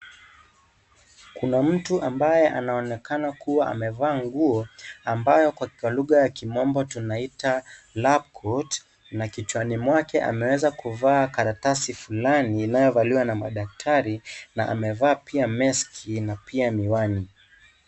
Kuna mtu ambaye anaonekana kuwa amevaa nguo, ambayo kwa lugha ya kimombo tunaita lab coat , na kichwani mwake ameweza kuvaa karatasi fulani inayovaliwa na daktari, amevaa pia meski na pia miwani.